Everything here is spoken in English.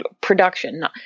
production